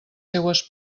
seues